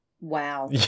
Wow